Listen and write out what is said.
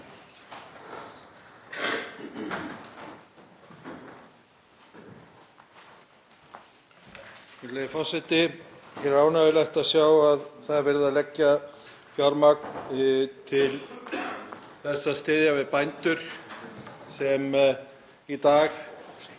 Það er ánægjulegt að sjá að það er verið að leggja fjármagn til þess að styðja við bændur sem í dag